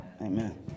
Amen